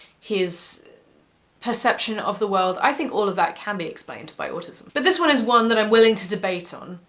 his perception of the world. i think all of that can be explained by autism. but this one is one that i'm willing to debate on,